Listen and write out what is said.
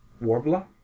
Warbler